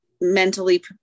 mentally